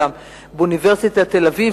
באוניברסיטת תל-אביב,